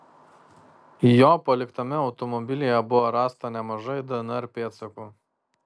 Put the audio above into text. jo paliktame automobilyje buvo rasta nemažai dnr pėdsakų